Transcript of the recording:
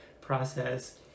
process